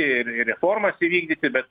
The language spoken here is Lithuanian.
ir ir reformas įvykdyti bet